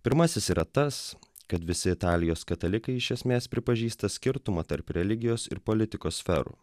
pirmasis yra tas kad visi italijos katalikai iš esmės pripažįsta skirtumą tarp religijos ir politikos sferų